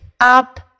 up